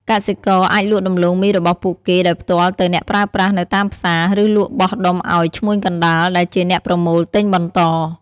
កសិករអាចលក់ដំឡូងមីរបស់ពួកគេដោយផ្ទាល់ទៅអ្នកប្រើប្រាស់នៅតាមផ្សារ ឬលក់បោះដុំឱ្យ ឈ្មួញកណ្ដាល ដែលជាអ្នកប្រមូលទិញបន្ត។